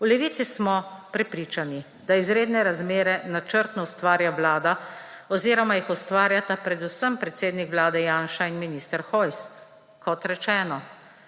V Levici smo prepričani, da izredne razmere načrtno ustvarja vlada oziroma jih ustvarjata predvsem predsednik Vlade Janša in minister Hojs. Kot rečeno,